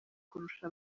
kurusha